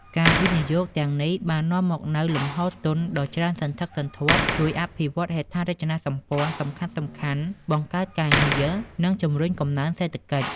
ការវិនិយោគទាំងនេះបាននាំមកនូវលំហូរទុនដ៏ច្រើនសន្ធឹកសន្ធាប់ ជួយអភិវឌ្ឍហេដ្ឋារចនាសម្ព័ន្ធសំខាន់ៗ បង្កើតការងារ និងជំរុញកំណើនសេដ្ឋកិច្ច។